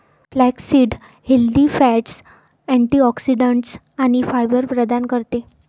flaxseed healthy fats, antioxidants आणि fibre प्रदान करते